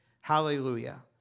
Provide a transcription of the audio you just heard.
Hallelujah